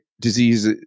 Disease